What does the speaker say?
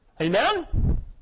Amen